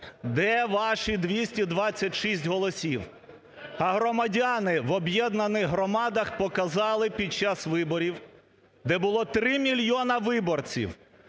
Де ваші 226 голосів? А громадяни в об'єднаних громадах показали під час виборів, де було три мільйони виборців,